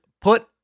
put